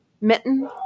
Mitten